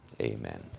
Amen